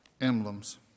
emblems